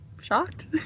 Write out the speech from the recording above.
shocked